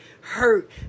hurt